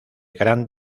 gran